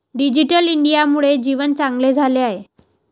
digital इंडियामुळे जीवन चांगले झाले आहे